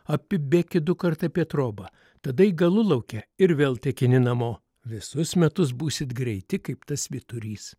apibėkit dukart apie trobą tada į galulaukę ir vėl tekini namo visus metus būsite greiti kaip tas vyturys